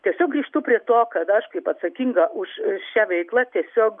tiesiog grįžtu prie to kad aš taip atsakinga už šią veiklą tiesiog